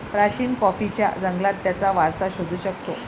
प्राचीन कॉफीच्या जंगलात त्याचा वारसा शोधू शकतो